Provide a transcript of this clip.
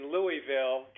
Louisville